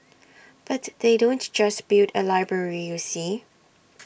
but they don't just build A library you see